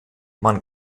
man